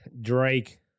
Drake